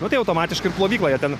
nu tai automatiškai ir plovykloje ten